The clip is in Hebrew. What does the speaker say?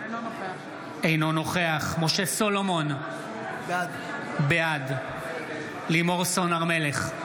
אינו נוכח משה סולומון, בעד לימור סון הר מלך,